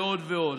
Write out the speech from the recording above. ועוד ועוד.